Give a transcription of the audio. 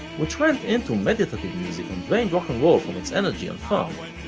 which went into meditative music and drained rock'n'roll from its energy and fun,